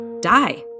die